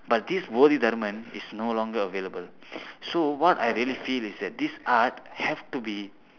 but this bodhidharma is no longer available so what I really feel is that this art have to be